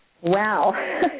Wow